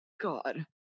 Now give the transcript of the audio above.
God